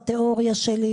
התיאוריה שלי,